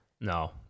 no